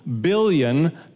billion